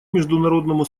международному